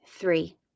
Three